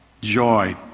joy